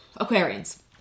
Aquarians